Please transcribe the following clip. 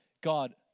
God